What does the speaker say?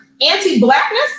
anti-blackness